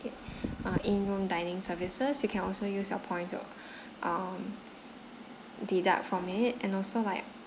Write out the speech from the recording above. uh in room dining services you can also use your points to um deduct from it and also like